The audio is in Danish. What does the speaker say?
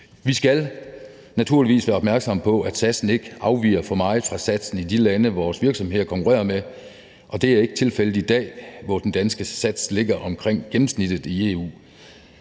Vi skal naturligvis være opmærksomme på, at satsen ikke afviger for meget fra satsen i de lande, vores virksomheder konkurrerer med, og det er ikke tilfældet i dag, hvor den danske sats ligger omkring gennemsnittet i EU.